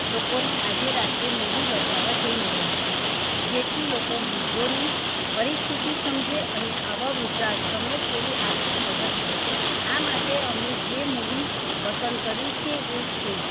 લોકોને આજે રાત્રે મૂવી બતાવવા જઈ રહ્યા છીએ જેથી લોકો વૃદ્ધોની પરિસ્થિતિ સમજે અને આવા વૃદ્ધાશ્રમને થોડી આર્થિક મદદ કરે આ માટે અમે જે મૂવી પસંદ કર્યું છે એ છે